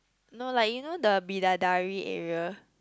no like you know the Bidadari area